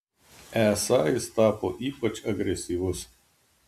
esą jis tapo ypač agresyvus